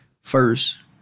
first